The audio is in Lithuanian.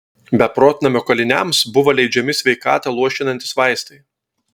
beprotnamio kaliniams buvo leidžiami sveikatą luošinantys vaistai